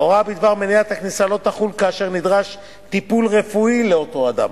ההוראה בדבר מניעת הכניסה לא תחול כאשר נדרש טיפול רפואי לאותו אדם.